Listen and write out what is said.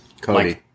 Cody